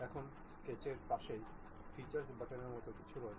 এখন স্কেচের পাশেই ফিচার বাটনের মতো কিছু রয়েছে